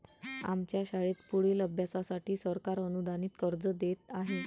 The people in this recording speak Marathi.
आमच्या शाळेत पुढील अभ्यासासाठी सरकार अनुदानित कर्ज देत आहे